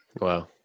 Wow